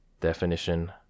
Definition